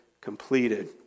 completed